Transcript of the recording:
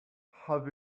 have